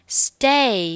stay